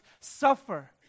suffer